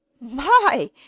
My